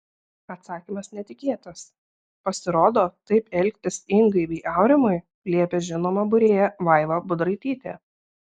atsakymas netikėtas pasirodo taip elgtis ingai bei aurimui liepė žinoma būrėja vaiva budraitytė